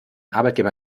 arbeitgeber